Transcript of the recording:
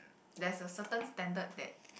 there's a certain standard that